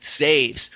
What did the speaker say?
saves